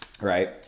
right